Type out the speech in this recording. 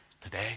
Today